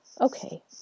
okay